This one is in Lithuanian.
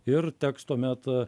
ir teks tuomet